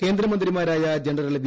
കേന്ദ്ര മന്ത്രിമാരായ general V